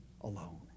alone